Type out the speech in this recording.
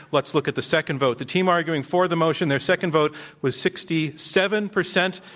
let's look at the second vote. the team arguing for the motion, their second vote was sixty seven percent.